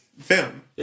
film